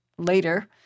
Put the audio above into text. Later